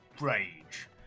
rage